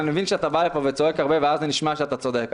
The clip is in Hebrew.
אני מבין שאתה בא לפה וצועק הרבה ואז זה נשמע שאתה צודק.